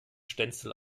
stenzel